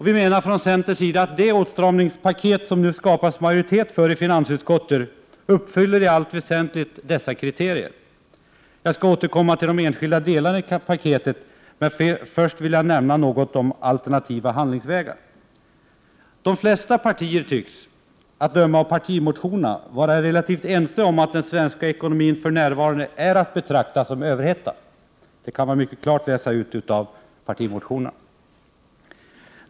Vi menar från centerns sida att det åtstramningspaket som det nu skapats majoritet för i finansutskottet uppfyller dessa kriterier i allt väsentligt. Jag skall återkomma till de enskilda delarna i paketet, men först vill jag nämna något om alternativa handlingsvägar. De flesta partier är, att döma av partimotionerna, relativt ense om att den svenska ekonomin för närvarande är att betrakta som överhettad. Det kan man mycket klart läsa ut av partimotionerna.